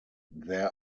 there